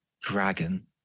dragon